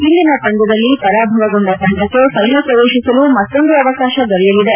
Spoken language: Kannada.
ಇಂದಿನ ಪಂದ್ಯದಲ್ಲಿ ಪರಾಭವಗೊಂಡ ತಂಡಕ್ಕೆ ಫೈನಲ್ ಪ್ರವೇಶಿಸಲು ಮತ್ತೊಂದು ಅವಕಾಶ ದೊರೆಯಲಿದೆ